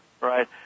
right